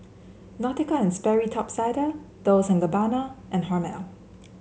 Nautica And Sperry Top Sider Dolce and Gabbana and Hormel